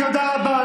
תודה רבה.